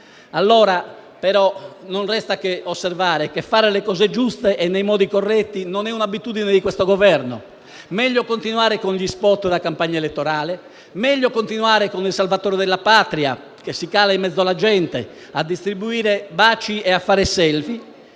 i risultati. Non resta che osservare che fare le cose giuste e nei modi corretti non è un'abitudine di questo Governo. Meglio continuare con gli *spot* da campagna elettorale, meglio continuare con il salvatore della patria che si cala in mezzo alla gente a distribuire baci e a collezionare